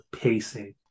pacing